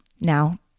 Now